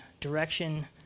direction